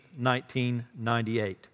1998